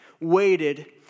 waited